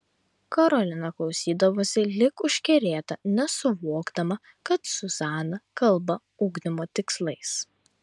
karolina klausydavosi lyg užkerėta nesuvokdama kad zuzana kalba ugdymo tikslais